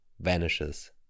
vanishes